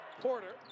Porter